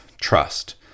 trust